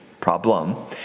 problem